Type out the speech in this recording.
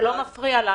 זה לא מפריע לנו.